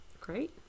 Great